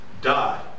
die